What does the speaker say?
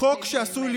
החוק שעשוי